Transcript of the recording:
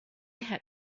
had